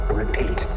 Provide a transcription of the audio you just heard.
repeat